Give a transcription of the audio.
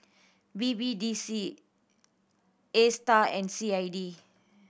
B B D C Astar and C I D